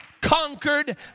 conquered